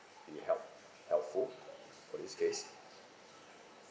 be help helpful for this case